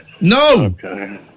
No